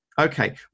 okay